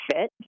fit